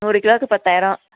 நூறு கிலோவுக்கு பத்தாயிரம்